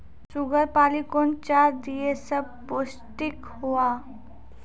Sugar पाली कौन चार दिय जब पोस्टिक हुआ?